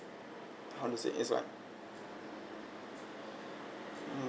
how to say it's like